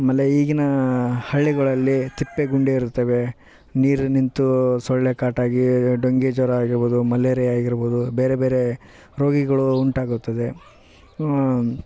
ಆಮೇಲೆ ಈಗಿನ ಹಳ್ಳಿಗಳಲ್ಲಿ ತಿಪ್ಪೆ ಗುಂಡಿ ಇರುತ್ತವೆ ನೀರು ನಿಂತು ಸೊಳ್ಳೆ ಕಾಟ ಆಗಿ ಡೊಂಗ್ಯೂ ಜ್ವರ ಆಗಿರ್ಬೌದು ಮಲೇರಿಯ ಆಗಿರ್ಬೌದು ಬೇರೆ ಬೇರೆ ರೋಗಗುಳು ಉಂಟಾಗುತ್ತದೆ